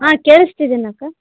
ಹಾಂ ಕೇಳ್ಸ್ತಿದೆಯಾ ಅಕ್ಕ